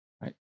Right